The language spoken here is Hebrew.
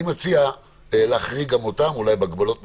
אני מציע להחריג גם אותם, אולי בהגבלות מסוימות,